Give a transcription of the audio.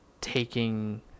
taking